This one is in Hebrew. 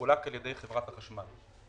שיחולק על-ידי חברת החשמל.